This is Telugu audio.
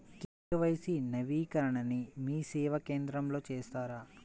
కే.వై.సి నవీకరణని మీసేవా కేంద్రం లో చేస్తారా?